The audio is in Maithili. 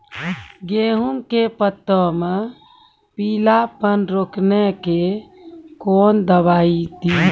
गेहूँ के पत्तों मे पीलापन रोकने के कौन दवाई दी?